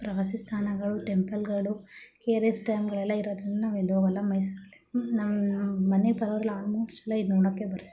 ಪ್ರವಾಸಿ ಸ್ಥಾನಗಳು ಟೆಂಪಲ್ಗಳು ಕೆ ಆರ್ ಎಸ್ ಡ್ಯಾಮ್ಗಳೆಲ್ಲ ಇರೋದರಿಂದ ನಾವು ಎಲ್ಲೂ ಹೋಗೋಲ್ಲ ಮೈಸೂರಲ್ಲೆ ನಮ್ಮ ಮನೆ ಬರೋರೆಲ್ಲ ಆಲ್ಮೋಸ್ಟ್ ಎಲ್ಲ ಇದು ನೋಡೋಕ್ಕೆ ಬರ್ತಾರೆ